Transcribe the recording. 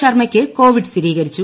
ശർമ്മയ്ക്ക് covid സ്ഥിരീകരിച്ചു